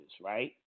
right